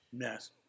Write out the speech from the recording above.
Yes